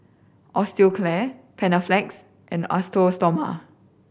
Osteocare Panaflex and Osteo Stoma